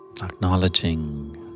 Acknowledging